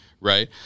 Right